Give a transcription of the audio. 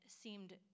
seemed